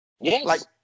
Yes